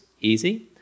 easy